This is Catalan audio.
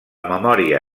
memòria